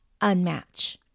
unmatch